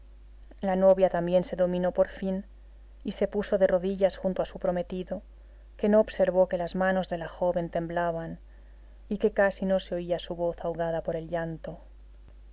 la novia también se dominó por fin y se puso de rodillas junto a su prometido que no observó que las manos de la joven temblaban y que casi no se oía su voz ahogada por el llanto